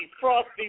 frosty